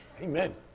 amen